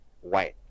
white